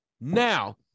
now